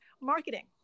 marketing